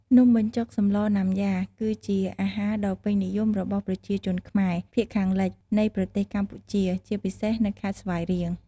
នំបញ្ចុកសម្លណាំយ៉ា គឺជាអាហារដ៏ពេញនិយមរបស់ប្រជាជនខ្មែរភាគខាងលិចនៃប្រទេសកម្ពុជា ជាពិសេសនៅខេត្តស្វាយរៀង។